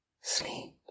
sleep